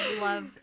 love